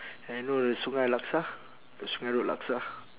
and you know the sungei laksa got sungei road laksa